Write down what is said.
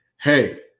hey